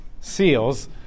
seals